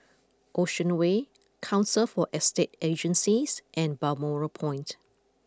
Ocean Way Council for Estate Agencies and Balmoral Point